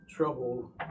trouble